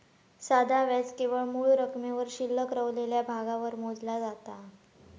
साधा व्याज केवळ मूळ रकमेवर शिल्लक रवलेल्या भागावर मोजला जाता